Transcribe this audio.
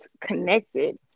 connected